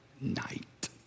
night